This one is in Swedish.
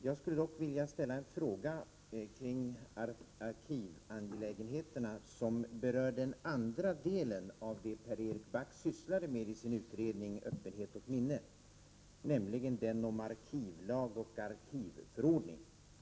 Jag skulle dock vilja ställa en fråga kring arkivangelägenheterna som berör den andra delen av det som Pär-Erik Back sysslade med i sin utredning Öppenhet och minne, nämligen den om arkivlag och arkivförordning.